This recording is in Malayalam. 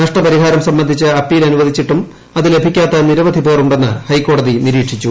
നഷ്ടപരിഹാരം സംബന്ധിച്ച് അപ്പീൽ അനുവദിച്ചിട്ടും അത് ലഭിക്കാത്ത നിരവധി പേർ ഉ െ ന്ന് ഹൈക്കോടതി നിരീക്ഷിച്ചു